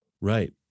Right